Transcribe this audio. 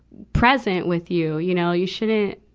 present with you, you know. you shouldn't,